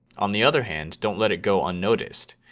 on the other hand don't let it go unnoticed.